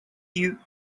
you